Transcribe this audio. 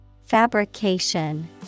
Fabrication